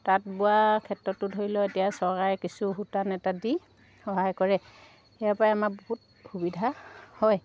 তাঁত বোৱা ক্ষেত্ৰতো ধৰি লওক এতিয়া চৰকাৰে কিছু সূতান এটা দি সহায় কৰে ইয়াৰ পৰাই আমাৰ বহুত সুবিধা হয়